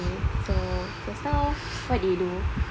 okay so just now what did you do